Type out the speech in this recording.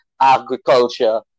agriculture